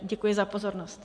Děkuji za pozornost.